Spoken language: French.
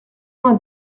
vingt